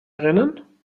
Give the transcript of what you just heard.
erinnern